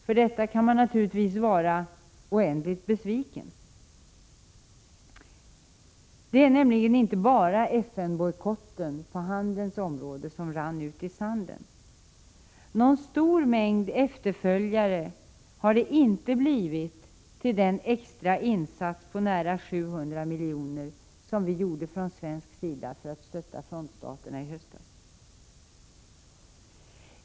För detta kan man naturligtvis vara oändligt besviken. Det är nämligen inte bara FN-bojkotten på handelns område som runnit ut i sanden. Någon stor mängd efterföljare har det inte blivit till den extra insats på nära 700 milj.kr. som vi gjorde från svensk sida i höstas för att stötta frontstaterna.